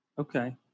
Okay